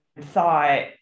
thought